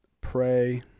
pray